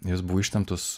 jos buvo ištemptos